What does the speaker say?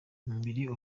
umubiri